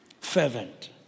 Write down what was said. Fervent